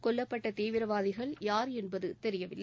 கொல்லப்பட்ட தீவிரவாதிகள் யார் என்பது தெரியவில்லை